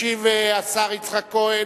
ישיב השר יצחק כהן,